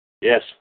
Yes